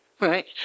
Right